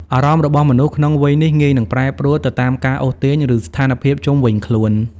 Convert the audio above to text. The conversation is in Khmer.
អារម្មណ៍របស់មនុស្សក្នុងវ័យនេះងាយនឹងប្រែប្រួលទៅតាមការអូសទាញ ឬស្ថានភាពជុំវិញខ្លួន។